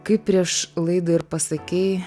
kaip prieš laidą ir pasakei